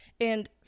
And-